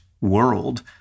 world